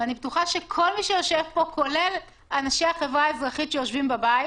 אני בטוחה שכל מי שיושב פה כולל אנשי החברה האזרחית שיושבים בבית